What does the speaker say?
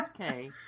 okay